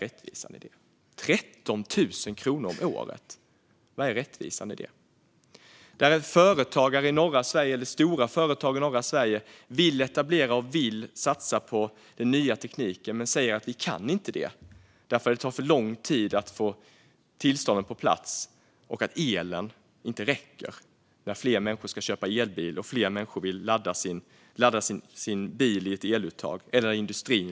13 000 kronor om året! Var finns rättvisan i det? Stora företag vill ställa om och etablera sig i norra Sverige och satsa på den nya tekniken men säger att de inte kan det, eftersom det tar för lång tid att få tillståndet på plats och elen inte räcker när fler människor ska köpa elbil och ladda den i ett eluttag.